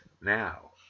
now